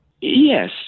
Yes